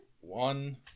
one